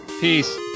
peace